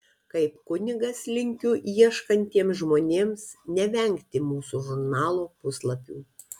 kaip kunigas linkiu ieškantiems žmonėms nevengti mūsų žurnalo puslapių